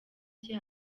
cye